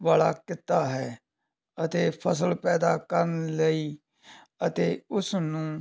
ਵਾਲਾ ਕਿੱਤਾ ਹੈ ਅਤੇ ਫਸਲ ਪੈਦਾ ਕਰਨ ਲਈ ਅਤੇ ਉਸ ਨੂੰ